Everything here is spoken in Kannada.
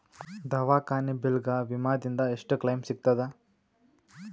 ದವಾಖಾನಿ ಬಿಲ್ ಗ ವಿಮಾ ದಿಂದ ಎಷ್ಟು ಕ್ಲೈಮ್ ಸಿಗತದ?